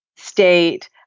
state